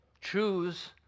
choose